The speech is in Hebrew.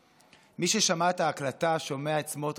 מי ששמע את ההקלטה שומע את סמוטריץ' מדבר